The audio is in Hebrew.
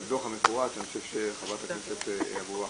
אני מאוד שמחה ומודה לכם על הישיבה ועל זה שהזמנתם אותי.